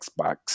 Xbox